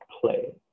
play